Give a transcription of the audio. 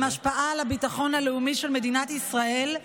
עם השפעה על הביטחון הלאומי של מדינת ישראל,